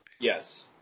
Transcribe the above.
Yes